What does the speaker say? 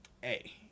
Hey